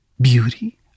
Beauty